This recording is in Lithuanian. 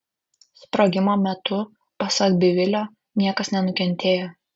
sprogimo metu pasak bivilio niekas nenukentėjo